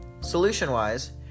Solution-wise